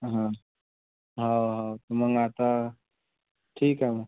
हां हौ हौ मग आता ठीक आहे मग